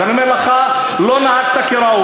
אז אני אומר לך: לא נהגת כראוי,